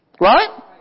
Right